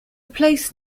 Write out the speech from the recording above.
place